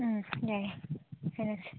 ꯎꯝ ꯌꯥꯏ ꯌꯥꯏ ꯈꯟꯅꯁꯤ